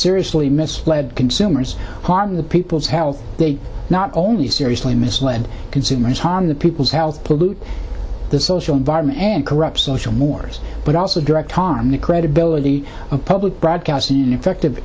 seriously misled consumers harmed the people's health they not only seriously misled consumers harm the people's health pollute the social environment and corrupt social mores but also direct harm the credibility of public broadcasting ineffective